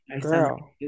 girl